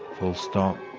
full stop.